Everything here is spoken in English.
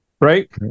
right